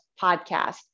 podcast